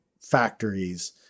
factories